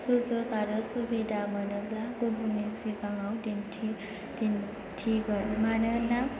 सुजुग आरो सुबिदा मोनोब्ला गुबुननि सिगाङाव दिन्थिगोन मानोना